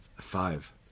Five